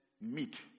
meet